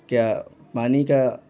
کیا پانی کا